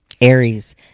Aries